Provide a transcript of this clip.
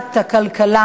לוועדת הכלכלה